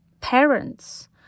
Parents